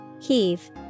Heave